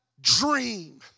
dream